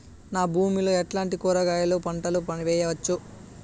నా భూమి లో ఎట్లాంటి కూరగాయల పంటలు వేయవచ్చు?